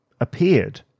appeared